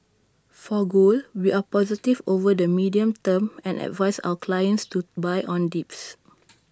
for gold we are positive over the medium term and advise our clients to buy on dips